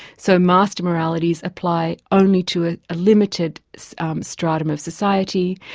so master moralities apply only to a ah limited so um stratum of society,